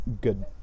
good